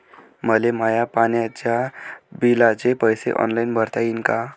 मले माया पाण्याच्या बिलाचे पैसे ऑनलाईन भरता येईन का?